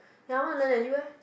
ya I want to learn eh you leh